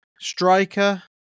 Striker